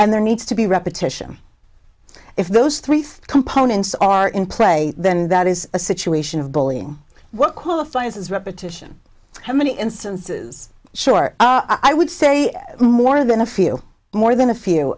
and there needs to be repetition if those three components are in play then that is a situation of bullying what qualifies as repetition how many instances short i would say more than a few more than a